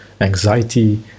anxiety